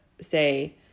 say